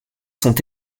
sont